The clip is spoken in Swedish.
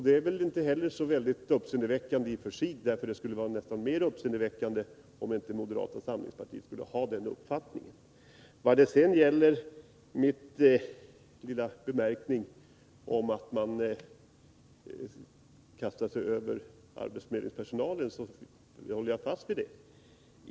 Det är inte så uppseendeväckande i och för sig. Det skulle vara mer uppseendeväckande, om moderata samlingspartiet inte skulle ha denna uppfattning. Min lilla anmärkning om att man kastar sig över arbetsförmedlingens personal håller jag fast vid.